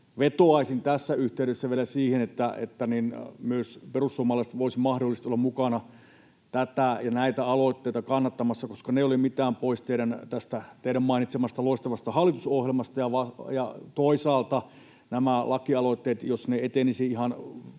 vetoaisin tässä yhteydessä vielä siihen, että myös perussuomalaiset voisi mahdollisesti olla mukana näitä aloitteita kannattamassa, koska ne eivät ole mitään pois tästä teidän mainitsemastanne loistavasta hallitusohjelmasta ja toisaalta nämä lakialoitteet, jos ne etenisivät ihan